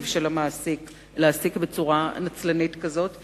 של המעסיק להעסיק בצורה נצלנית כזו.